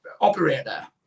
operator